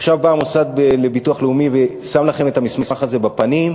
עכשיו בא המוסד לביטוח לאומי ושם לכם את המסמך הזה בפנים,